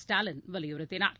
ஸ்டாலின் வலியுறுத்தினார்